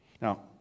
Now